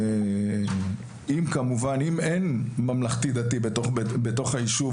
אם אין ממלכתי-דתי בתוך היישוב,